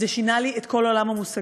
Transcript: זה שינה לי את כל עולם המושגים.